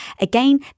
Again